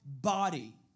body